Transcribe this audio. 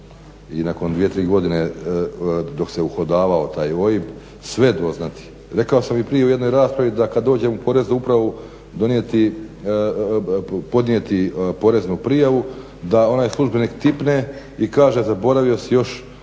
i nakon 2, 3 godine dok se uhodavao taj OIB sve doznati. Rekao sam i prije u jednoj raspravi da kad dođem u Poreznu upravu podnijeti poreznu prijavu da onaj službenik tipne i kaže zaboravio si još